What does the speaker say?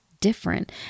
different